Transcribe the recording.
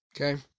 Okay